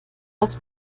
als